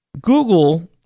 Google